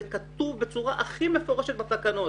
זה כתוב בצורה מפורשת בתקנות.